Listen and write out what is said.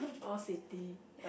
all city